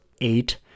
eight